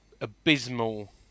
abysmal